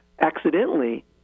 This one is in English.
accidentally